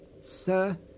sir